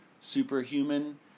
superhuman